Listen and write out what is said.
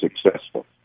successful